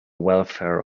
welfare